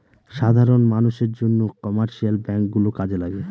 সাধারন মানষের জন্য কমার্শিয়াল ব্যাঙ্ক গুলো কাজে লাগে